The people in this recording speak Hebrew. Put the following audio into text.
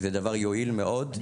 זה דבר יועיל מאוד,